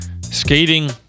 skating